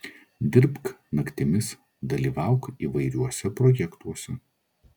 dirbk naktimis dalyvauk įvairiuose projektuose